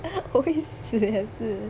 我会死也是